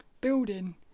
building